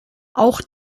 auch